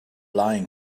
lying